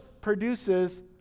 produces